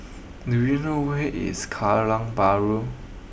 do you know where is Kallang Bahru